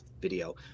video